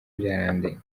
byarandenze